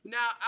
Now